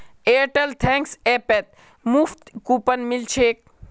Airtel thanks ऐपत मुफ्त coupon मिल छेक